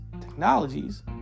technologies